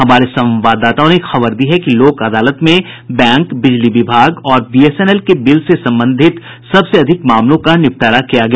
हमारे संवाददाताओं ने खबर दी है कि लोक अदालत में बैंक बिजली विभाग और बीएसएनएल के बिल से संबंधित सबसे अधिक मामलों का निपटारा किया गया